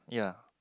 ya